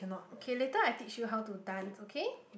okay later I teach you how to dance okay